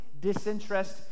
disinterest